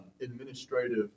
administrative